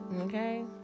okay